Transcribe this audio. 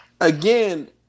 again